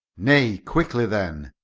nay, quickly, then,